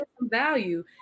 value